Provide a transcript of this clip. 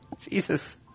Jesus